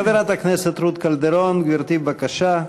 חברת הכנסת רות קלדרון, גברתי, בבקשה.